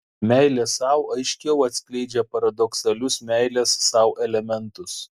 meilė sau aiškiau atskleidžia paradoksalius meilės sau elementus